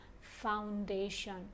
foundation